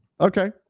Okay